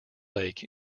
lake